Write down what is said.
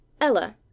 Ella